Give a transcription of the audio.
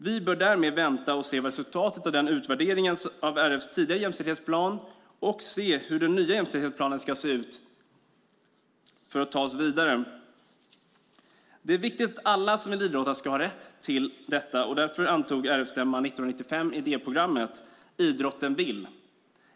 Vi bör därmed vänta och se vad resultatet av utvärderingen av RF:s tidigare jämställdhetsplan ger och hur den nya jämställdhetsplanen ska se ut för att ta oss vidare. Det är viktigt att alla som vill idrotta ska ha rätt till detta. Därför antog RF-stämman 1995 idéprogrammet Idrotten vill.